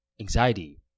anxiety